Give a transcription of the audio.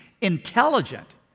intelligent